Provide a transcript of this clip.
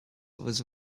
was